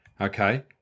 Okay